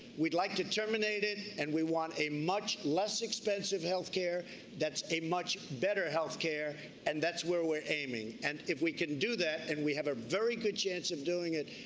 we would like to terminate it. and we want a much less expensive health care that's a much better health care and that's where we're aiming. and if we can do that and we have a very good chance of doing it,